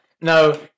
No